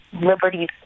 liberties